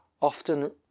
often